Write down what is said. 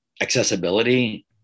accessibility